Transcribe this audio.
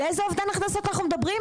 על איזה אובדן הכנסות אנחנו מדברים?